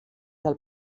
del